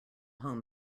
home